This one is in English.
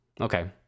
Okay